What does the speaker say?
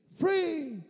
Free